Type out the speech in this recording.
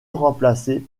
remplacée